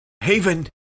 Haven